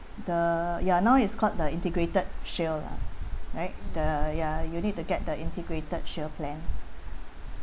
the ya now it's called the integrated shield lah right the ya you need to get the integrated shield plans